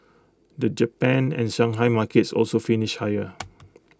the Japan and Shanghai markets also finished higher